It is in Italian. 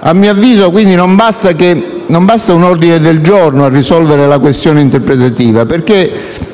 A mio avviso, quindi, non basta un ordine del giorno a risolvere la questione interpretativa perché,